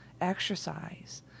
exercise